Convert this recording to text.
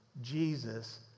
Jesus